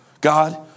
God